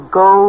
go